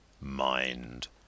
mind